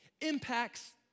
impacts